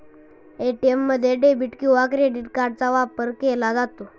ATM मध्ये debit किंवा credit कार्डचा वापर केला जातो